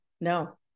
no